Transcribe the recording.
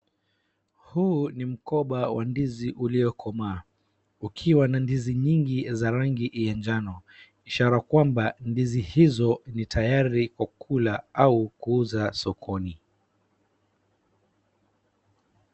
Huu ni mkoba wa ndizi uliokomaa, ukiwa na ndizi nyingi za rangi ya njano, ishara kwamba ndizi hizo ni tayari kukula au kuuza sokoni.